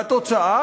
והתוצאה,